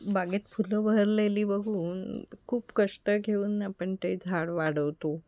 बागेत फुलं भरलेली बघून खूप कष्ट घेऊन आपण ते झाड वाढवतो